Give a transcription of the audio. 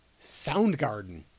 Soundgarden